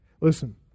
Listen